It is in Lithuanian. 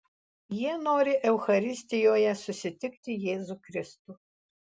jie nori eucharistijoje susitikti jėzų kristų